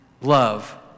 love